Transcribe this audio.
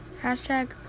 Hashtag